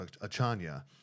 Achanya